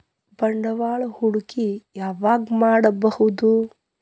ಬಂಡವಾಳ ಹೂಡಕಿ ಯಾವಾಗ್ ಮಾಡ್ಬಹುದು?